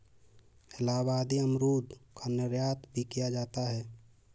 इलाहाबादी अमरूद का निर्यात भी किया जाता है